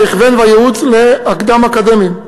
ההכוון והייעוץ ללימודים קדם-אקדמיים.